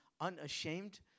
unashamed